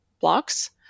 blocks